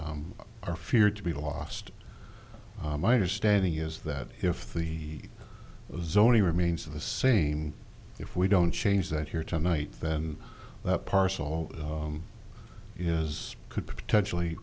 are feared to be lost my understanding is that if the zoning remains the same if we don't change that here tonight then that parcel is could potentially